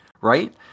Right